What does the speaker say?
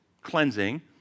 cleansing